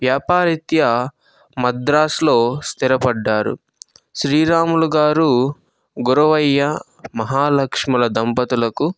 వ్యాపారరీత్య మద్రాస్లో స్థిరపడ్డారు శ్రీరాములు గారు గురవయ్య మహాలక్ష్ముల దంపతులకు